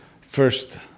First